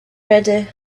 ready